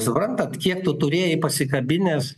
suprantat kiek tu turėjai pasikabinęs